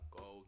go